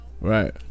Right